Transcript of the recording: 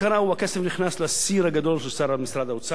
הכסף נכנס לסיר הגדול של משרד האוצר.